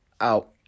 Out